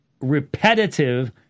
repetitive